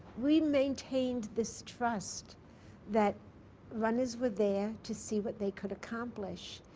we maintained this trust that runners were there to see what they could accomplish.